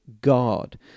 God